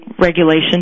regulation